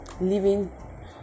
living